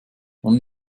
wann